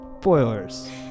Spoilers